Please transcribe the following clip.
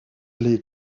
les